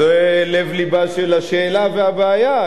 אז זה לב-לבה של השאלה והבעיה,